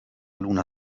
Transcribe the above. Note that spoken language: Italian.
luna